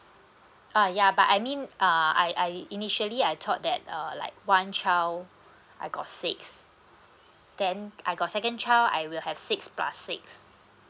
uh ya but I mean uh I I initially I thought that err like one child I got six then I got second child I will have six plus six